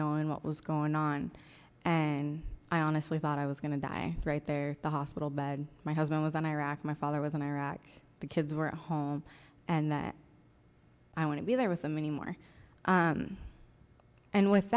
knowing what was going on and i honestly thought i was going to die right there the hospital bed my husband was in iraq my father was in iraq the kids were at home and that i want to be there with them anymore and with